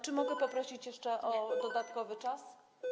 Czy mogę poprosić jeszcze o dodatkowy czas?